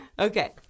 Okay